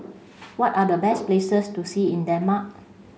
what are the best places to see in Denmark